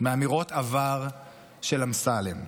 מאמירות עבר של אמסלם.